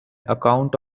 account